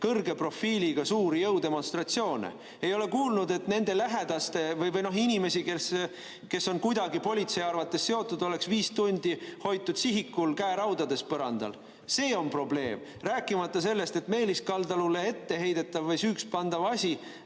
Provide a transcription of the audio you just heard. kõrge profiiliga suuri jõudemonstratsioone. Ei ole kuulnud, et inimesi, kes on kuidagi politsei arvates nendega seotud, oleks viis tundi hoitud sihikul käeraudades põrandal. See on probleem. Rääkimata sellest, et Meelis Kaldalule etteheidetav või süüks pandav asi